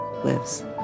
Lives